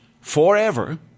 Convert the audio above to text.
forever